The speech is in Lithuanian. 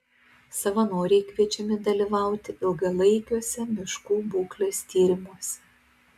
savanoriai kviečiami dalyvauti ilgalaikiuose miškų būklės tyrimuose